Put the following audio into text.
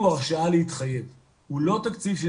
תודה חגי, אתה ממשיך אתנו ואפשר גם להתייחס בהמשך.